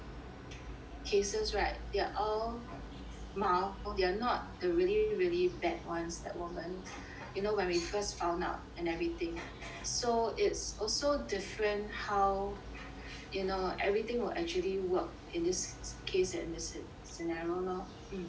cases right there are all mild they're not the really really bad ones that 我们 you know when we first found out and everything so it's also different how you know everything will actually work in this case and this scenario lor